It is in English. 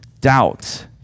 doubt